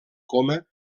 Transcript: coma